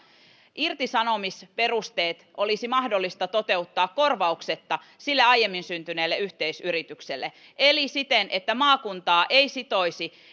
irtisanomisperusteet olisi mahdollista toteuttaa korvauksetta sille aiemmin syntyneelle yhteis yritykselle eli siten että maakuntaa eivät sitoisi